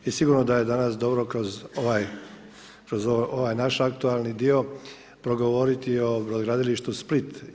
I sigurno da je danas dobro kroz ovaj naš aktualni dio progovoriti o brodogradilištu Split.